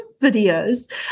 videos